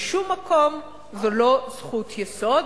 בשום מקום זו לא זכות יסוד.